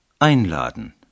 Einladen